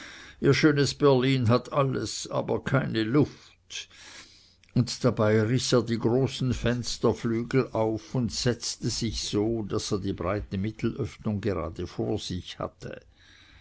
ihr schönes berlin hat alles aber keine luft und dabei riß er die großen fensterflügel auf und setzte sich so daß er die breite mittelöffnung gerade vor sich hatte